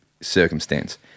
circumstance